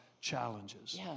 challenges